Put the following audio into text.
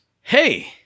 hey